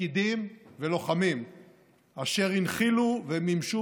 פקידים ולוחמים אשר הנחילו ומימשו